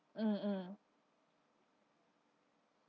mm mm